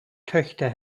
töchter